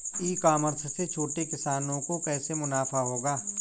ई commerce से छोटे किसानों को कैसे मुनाफा होगा?